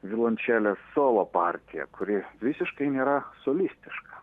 violončelės solo partiją kuri visiškai nėra solistiška